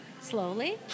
slowly